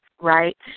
right